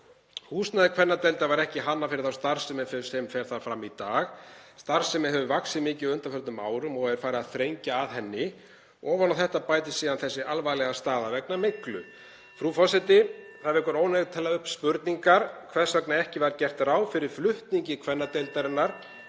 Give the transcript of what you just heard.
Húsnæði kvennadeildar var ekki hannað fyrir þá starfsemi sem fer fram í dag. Starfsemi hefur vaxið mikið á undanförnum árum og er farið að þrengja að henni. Ofan á þetta bætist síðan þessi alvarlega staða vegna myglu. Frú forseti. Það vekur óneitanlega upp spurningar hvers vegna ekki var gert ráð fyrir flutningi kvennadeildarinnar